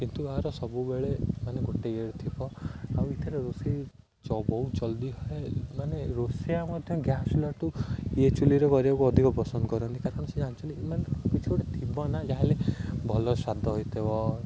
କିନ୍ତୁ ଏହାର ସବୁବେଳେ ମାନେ ଗୋଟେ ଇଏରେ ଥିବ ଆଉ ଏଥିରେ ରୋଷେଇ ବହୁତ ଜଲ୍ଦି ହୁଏ ମାନେ ରୋଷେଇଆ ମଧ୍ୟ ଗ୍ୟାସ୍ ଚୂଲାଠୁ ଇଏ ଚୂଲିରେ କରିବାକୁ ଅଧିକ ପସନ୍ଦ କରନ୍ତି କାରଣ ସେ ଜାଣିଛନ୍ତି ମାନେ କିଛି ଗୋଟେ ଥିବ ନା ଯାହାେଲେ ଭଲ ସ୍ୱାଦ ହୋଇଥିବ